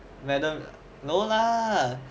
madam no lah